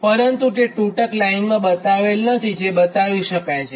પરંતુ તે તૂટક લાઈનમાં બતાવેલ નથીજે બતાવી શકાય છે